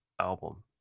album